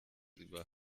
über